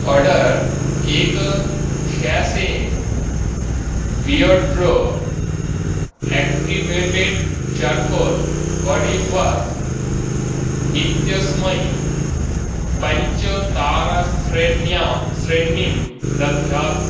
order एक शेषे वियियो ग्रो एक्टिवेटेड् चार्कोल् बाडिवाश् इत्यस्मै पञ्चताराश्रेण्यां श्रेणीं दध्यात्